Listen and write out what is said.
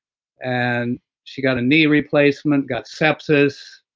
and she got a knee replacement, got sepsis,